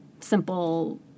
simple